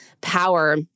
power